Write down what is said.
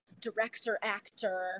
director-actor